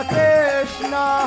Krishna